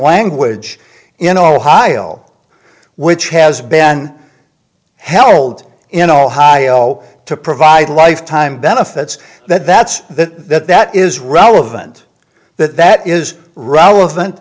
language in ohio which has been held in ohio to provide lifetime benefits that's the that that is relevant that that is relevant